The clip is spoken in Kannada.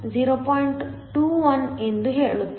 21 ಎಂದು ಹೇಳುತ್ತದೆ